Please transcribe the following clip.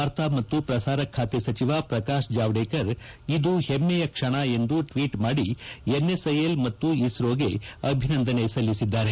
ವಾರ್ತಾ ಮತ್ತು ಪ್ರಸಾರ ಖಾತೆ ಸಚಿವ ಪ್ರಕಾಶ್ ಜಾವ್ದೇಕರ್ ಇದು ಹೆಮ್ಮೆಯ ಕ್ಷಣ ಎಂದು ಟ್ವೀಟ್ ಮಾಡಿ ಎನ್ಎಸ್ಐಎಲ್ ಮತ್ತು ಇಸ್ರೋಗೆ ಅಭಿನಂದನೆ ಸಲ್ಲಿಸಿದ್ದಾರೆ